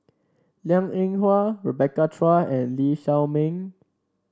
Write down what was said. Liang Eng Hwa Rebecca Chua and Lee Shao Meng